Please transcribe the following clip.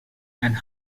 and